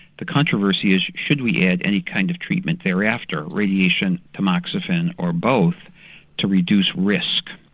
the controversy is should we add any kind of treatment thereafter, radiation, tamoxifen or both to reduce risk.